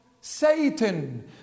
Satan